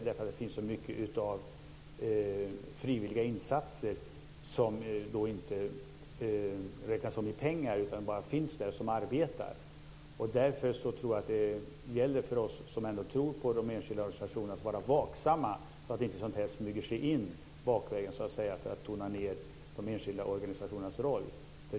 Det finns så mycket av frivilliga insatser som inte räknas om i pengar utan bara finns där och arbetar. Därför gäller det för oss som tror på de enskilda organisationerna att vara vaksamma så att sådant här inte smyger sig in bakvägen, för att tona ned de enskilda organisationernas roll.